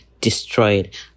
destroyed